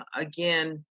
again